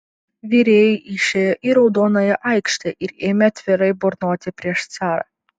virėjai išėjo į raudonąją aikštę ir ėmė atvirai burnoti prieš carą